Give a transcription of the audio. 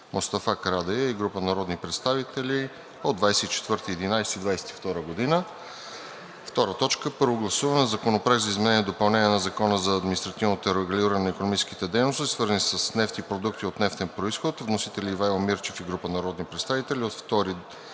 Мустафа Карадайъ и група народни представители на 24 ноември 2022 г. 2. Първо гласуване на Законопроекта за изменение и допълнение на Закона за административното регулиране на икономическите дейности, свързани с нефт и продукти от нефтен произход. Вносители са Ивайло Мирчев и група народни представители, 2